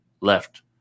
left